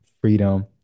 freedom